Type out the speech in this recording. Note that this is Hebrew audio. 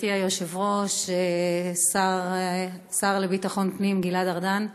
גברתי היושבת-ראש, השר לביטחון פנים גלעד ארדן,